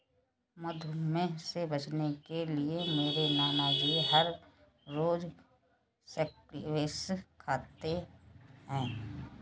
मधुमेह से बचने के लिए मेरे नानाजी हर रोज स्क्वैश खाते हैं